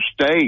State